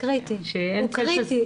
הוא קריטי.